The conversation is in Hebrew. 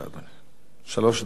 שלוש דקות לכל דובר.